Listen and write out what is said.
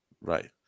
Right